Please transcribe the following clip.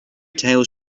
tales